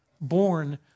Born